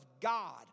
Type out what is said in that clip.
God